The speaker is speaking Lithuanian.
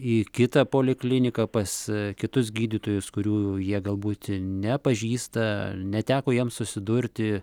į kitą polikliniką pas kitus gydytojus kurių jau jie galbūt nepažįsta neteko jiem susidurti